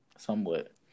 somewhat